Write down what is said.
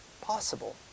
possible